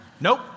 Nope